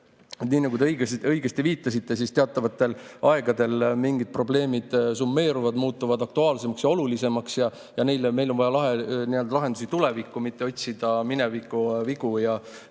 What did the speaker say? nii nagu te õigesti viitasite, et teatavatel aegadel mingid probleemid summeeruvad, muutuvad aktuaalsemaks ja olulisemaks ja neile meil on vaja lahendusi tuleviku jaoks, mitte otsida minevikust vigu ja